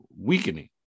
weakening